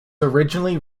originally